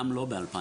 גם לא ב-2026.